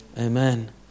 Amen